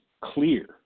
clear